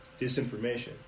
disinformation